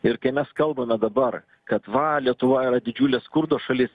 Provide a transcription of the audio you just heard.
ir kai mes kalbame dabar kad va lietuva yra didžiulis skurdo šalis